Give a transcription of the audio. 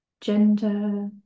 gender